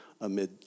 amid